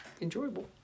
enjoyable